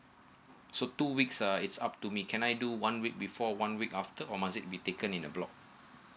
so two weeks uh it's up to me can I do one week before one week after or must it be taken in the block